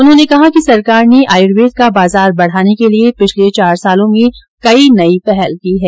उन्होंने कहा कि सरकार ने आयुर्वेद का बाजार बढ़ाने के लिए पिछले चार वर्ष में कई नई पहल की हैं